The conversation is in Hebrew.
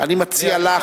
אני מציע לך,